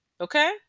Okay